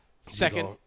Second